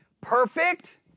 Perfect